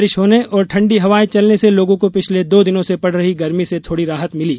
बारिश होने और ठण्डी हवायें चलने से लोगों को पिछले दो दिनों से पड़ रही गर्मी से थोड़ी राहत मिली